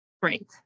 Great